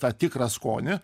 tą tikrą skonį